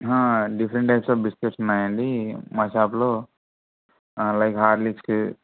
different types of biscuits ఉన్నాయండి మా షాప్లో లైక్ హార్లీక్స్